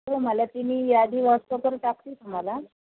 हो मला तिन्ही यादी वॉटसअप करून टाकतील तुम्हाला